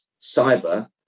cyber